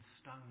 stone